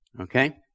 Okay